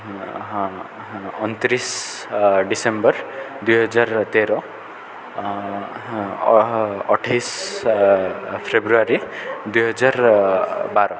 ହଁ ଅଣତିରିଶ ଡିସେମ୍ବର ଦୁଇହଜାର ତେର ଅଠେଇଶ ଫେବୃଆରୀ ଦୁଇହଜାର ବାର